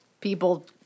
people